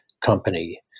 company